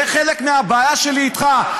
זה חלק מהבעיה שלי איתך.